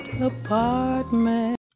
apartment